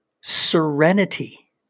Serenity